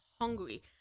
hungry